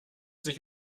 sich